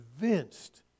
convinced